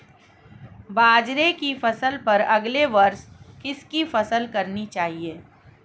बाजरे की फसल पर अगले वर्ष किसकी फसल करनी चाहिए?